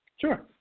Sure